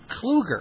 Kluger